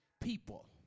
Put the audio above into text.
people